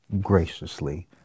graciously